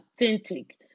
authentic